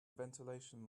ventilation